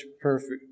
perfect